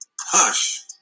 Hush